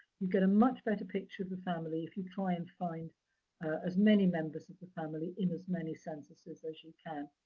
you get a much better picture of the family if you try and find as many members of the family in as many censuses as you can.